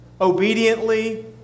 obediently